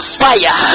fire